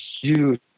huge